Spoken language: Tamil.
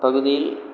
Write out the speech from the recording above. பகுதியில்